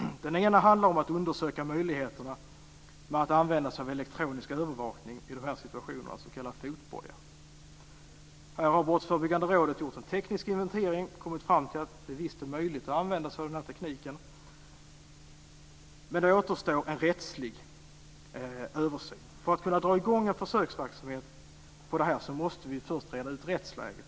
Den ena handlar om att undersöka möjligheterna att använda sig av elektronisk övervakning i dessa situationer, s.k. fotboja. Här har Brottsförebyggande rådet gjort en teknisk inventering och kommit fram till att det visst är möjligt att använda sig av denna teknik. Men det återstår en rättslig översyn. För att man ska kunna dra i gång en sådan försöksverksamhet måste vi först reda ut rättsläget.